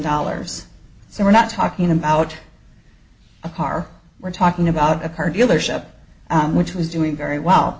dollars so we're not talking about a car we're talking about a car dealership which was doing very well